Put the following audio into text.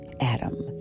Adam